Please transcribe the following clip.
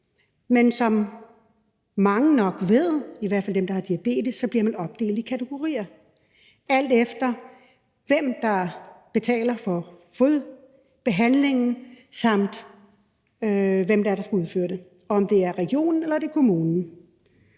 men som mange nok ved – i hvert fald dem, der har diabetes – så bliver man opdelt i kategorier, alt efter hvem der betaler for fodbehandlingen, og hvem det er, der skal udføre den, altså om det er regionen eller det er kommunen.